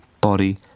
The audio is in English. body